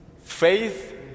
faith